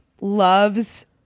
loves